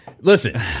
Listen